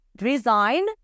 resign